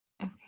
Okay